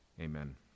amen